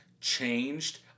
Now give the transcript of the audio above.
changed